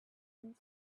and